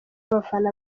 abafana